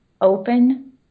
open